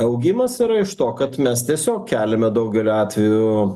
augimas yra iš to kad mes tiesiog keliame daugeliu atvejų